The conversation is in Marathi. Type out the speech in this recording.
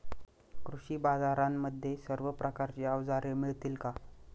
कृषी बाजारांमध्ये सर्व प्रकारची अवजारे मिळतील का?